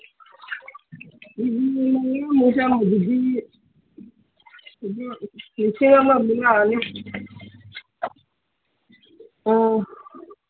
ꯀꯦ G ꯃꯉꯥꯃꯨꯛ ꯆꯥꯡꯗꯗꯤ ꯂꯨꯄꯥ ꯂꯤꯁꯤꯡ ꯑꯃꯃꯨꯛ ꯂꯥꯛꯑꯅꯤ ꯑ